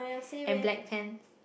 and black pants